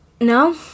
No